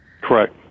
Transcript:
Correct